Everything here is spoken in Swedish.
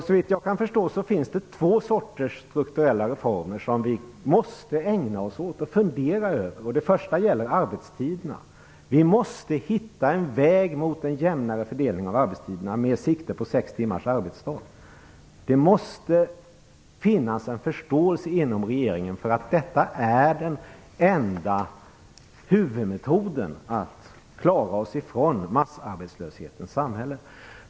Såvitt jag kan förstå, finns det två sorters strukturella reformer som vi måste ägna oss åt och fundera över. Den första reformen gäller arbetstiderna. Vi måste hitta en väg mot en jämnare fördelning av arbetstiderna, med sikte på sex timmars arbetsdag. Det måste finnas en förståelse inom regeringen för att detta är den enda huvudmetoden för att klara oss från massarbetslöshetens samhälle.